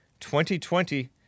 2020